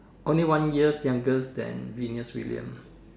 only one years youngers than Venus William